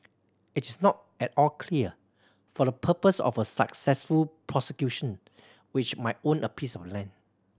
it is not at all clear for the purpose of a successful prosecution which might own a piece of land